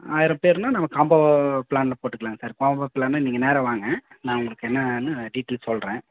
ஆயிரம் பேருன்னா நம்ம காம்போ ப்ளானில் போட்டுக்கலாங்க சார் காம்போ ப்ளான்னா நீங்கள் நேராக வாங்க நான் உங்களுக்கு என்னென்னு டீட்டெயில் சொல்கிறேன்